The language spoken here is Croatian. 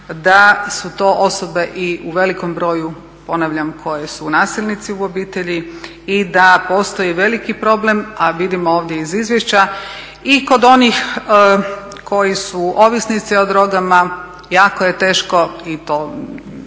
da su to osobe i u velikom broju ponavljam koje su nasilnici u obitelji i da postoji veliki problem, a vidimo ovdje iz izvješća, i kod onih koji su ovisnici o drogama. Jako je teško i to ne